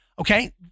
Okay